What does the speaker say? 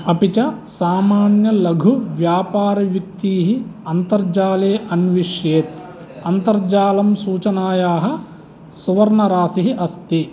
अपि च सामान्यलघुव्यापारवृत्तिः अन्तर्जाले अन्विषेत् अन्तर्जालं सूचनायाः सुवर्णराशिः अस्ति